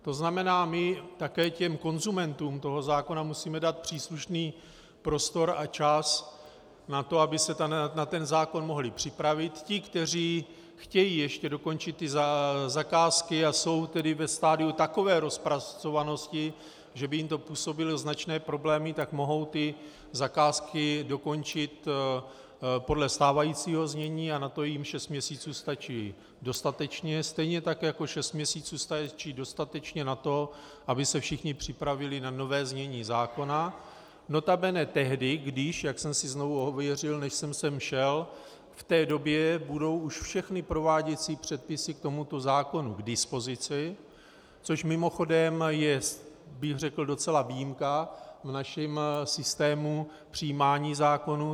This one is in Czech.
To znamená my také konzumentům toho zákona musíme dát příslušný prostor a čas na to, aby se na ten zákon mohli připravit ti, kteří chtějí ještě dokončit ty zakázky a jsou ve stadiu takové rozpracovanosti, že by jim to působilo značné problémy, tak mohou ty zakázky dokončit podle stávajícího znění a na to jim šest měsíců stačí dostatečně, stejně tak jako šest měsíců stačí dostatečně na to, aby se všichni připravili na nové znění zákona, notabene tehdy, když jak jsem si znovu ověřil, než jsem sem šel v té době budou už všechny prováděcí předpisy k tomuto zákonu k dispozici, což mimochodem je, řekl bych, docela výjimka v našem systému přijímání zákonů.